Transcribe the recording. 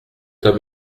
homme